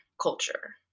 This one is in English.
culture